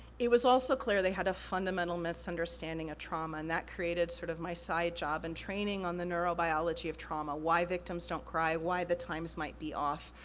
it was also clear they had a fundamental misunderstanding of trauma, and that created sort of, my side job in training on the neurobiology of trauma. why victims don't cry, why the times might be off.